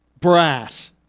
brass